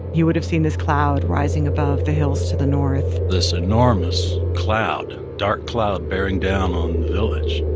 he would have seen this cloud rising above the hills to the north. this enormous cloud, dark cloud, bearing down on the village